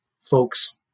folks –